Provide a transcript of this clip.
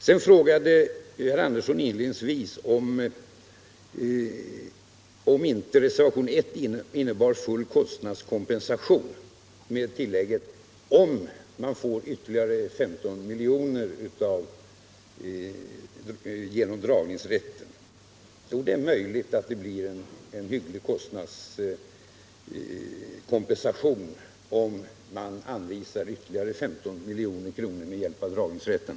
Sedan frågade herr Andersson i Lycksele inledningsvis om inte reservationen 1 innebar full kostnadskompensation med tillägget att man får ytterligare 15 miljoner genom dragningsrätten. Det är möjligt att det blir en hygglig kostnadskompensation, om man anvisar ytterligare 15 milj.kr. med hjälp av dragningsrätten.